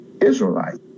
Israelite